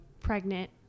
pregnant